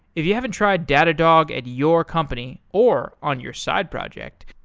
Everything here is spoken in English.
if you haven't tried datadog at your company or on your side project,